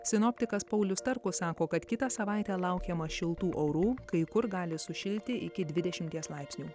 sinoptikas paulius starkus sako kad kitą savaitę laukiama šiltų orų kai kur gali sušilti iki dvidešimties laipsnių